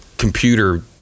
computer